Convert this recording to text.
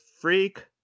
freak